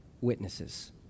Witnesses